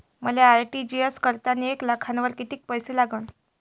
मले आर.टी.जी.एस करतांनी एक लाखावर कितीक पैसे लागन?